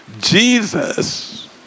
Jesus